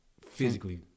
physically